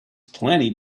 plenty